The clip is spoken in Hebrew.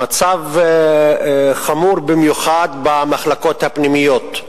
המצב חמור במיוחד במחלקות הפנימיות.